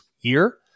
year